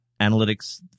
analytics